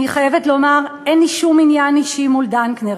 אני חייבת לומר שאין לי שום עניין אישי מול דנקנר,